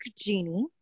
Genie